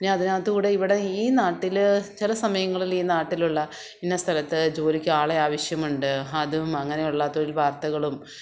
ഇനി അതിനകത്തുകൂടെ ഇവിടെ ഈ നാട്ടില് ചില സമയങ്ങളില് ഈ നാട്ടിലുള്ള ഇന്ന സ്ഥലത്ത് ജോലിക്ക് ആളെ ആവശ്യമുണ്ട് അതും അങ്ങനെ ഉള്ള തൊഴിൽ വാർത്തകളും